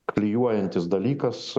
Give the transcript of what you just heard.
klijuojantis dalykas